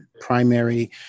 primary